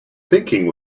thinking